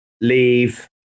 leave